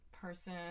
person